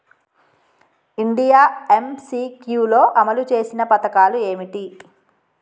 India MCQ లో అమలు చేసిన పథకాలు ఏమిటి?